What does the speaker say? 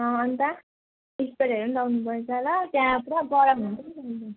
अँ अनि त अनि लाउनुपर्छ ल त्यहाँ पुरा गरम हुन्छ नि त अनि त